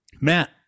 Matt